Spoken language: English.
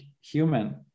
human